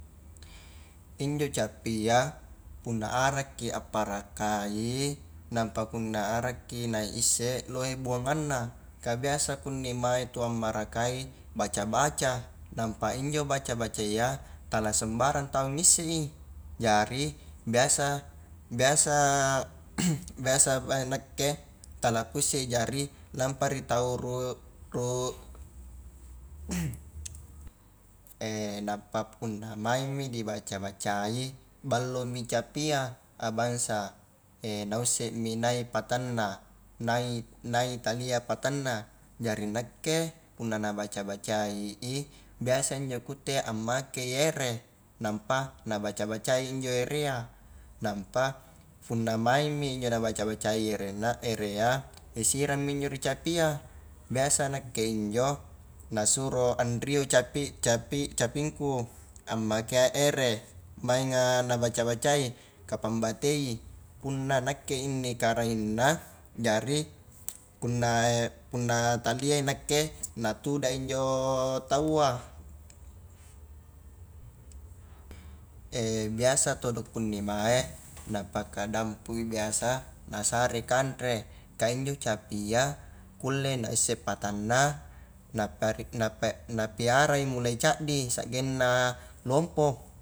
Injo capia, punna arakki apparakai, nampa punna arakki na isse lohe buanganna ka biasa kunni mae punna marakai baca-baca, nampa injo baca-bacaiyya tala sembarang tau ngisse i, jari biasa-biasa biasa nakke tala kuisse i, jari nampa ri tau nampa punna maing mi dibaca-bacai, ballomi capia bangsa na ussemi nai patanna nai-nai talia patanna jari nakke punna nabaca-bacai i, biasa injo kutte ammakei ere nampa nabaca-bacai injo erea, nampa punna maingmi injo nabaca-bacai erenna-erea ri sirangmi injo ri capia biasa nakke injo, nasuro anrio capi-capi capingku ammakea ere, maenga nabaca-bacai, ka pangbatei punna nakke inne kariengna, jari punna punna talia nakke na tuda injo taua biasa todo kunni mae na pakadampui biasa, nasare kanre, ka injo capia kulle naisse patanna, napa-napiarai mulai caddi sagengna lompo.